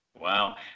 wow